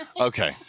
Okay